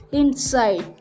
inside